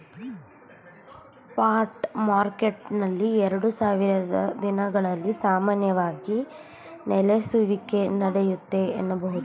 spot ಮಾರ್ಕೆಟ್ನಲ್ಲಿ ಎರಡು ಕೆಲಸದ ದಿನಗಳಲ್ಲಿ ಸಾಮಾನ್ಯವಾಗಿ ನೆಲೆಸುವಿಕೆಯು ನಡೆಯುತ್ತೆ ಎನ್ನಬಹುದು